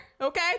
okay